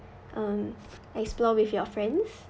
um explore with your friends